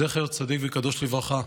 זכר צדיק וקדוש לברכה.